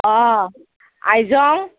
অঁ আইজং